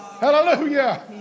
Hallelujah